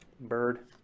bird